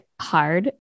hard